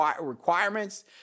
requirements